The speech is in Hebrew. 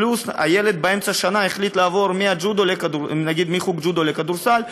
פלוס אם הילד באמצע השנה החליט לעבור נגיד מחוג ג'ודו לכדורסל,